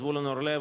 זבולון אורלב,